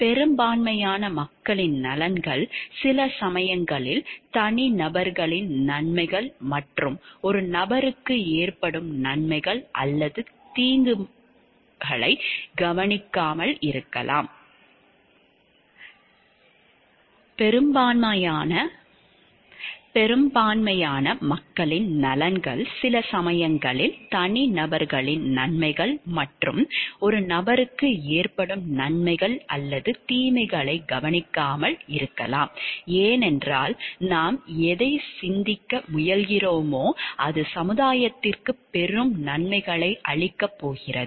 பெரும்பான்மையான மக்களின் நலன்கள் சில சமயங்களில் தனிநபர்களின் நன்மைகள் மற்றும் ஒரு நபருக்கு ஏற்படும் நன்மைகள் அல்லது தீங்குகளை கவனிக்காமல் இருக்கலாம் ஏனென்றால் நாம் எதைச் சிந்திக்க முயல்கிறோமோ அது சமுதாயத்திற்குப் பெரும் நன்மைகளை அளிக்கப் போகிறது